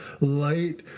light